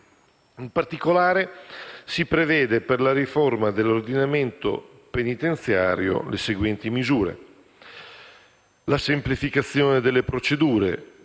In particolare si prevedono per la riforma dell'ordinamento penitenziario le seguenti misure: